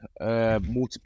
multiple